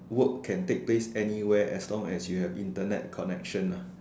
work can take place anywhere as long as you have Internet connection ah